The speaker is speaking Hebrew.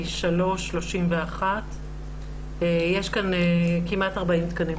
יש כאן כמעט 40 תקנים.